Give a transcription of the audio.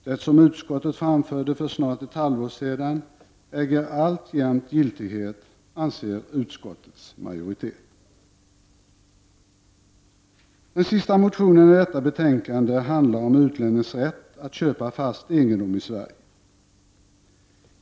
Det som utskottet anförde för snart ett halvår sedan äger alltjämt giltighet, anser utskottets majoritet. Den sista motionen i detta betänkande gäller utlännings rätt att köpa fast egendom i Sverige.